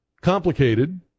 complicated